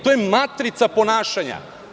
To je matrica ponašanja.